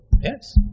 Yes